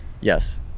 Yes